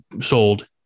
sold